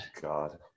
God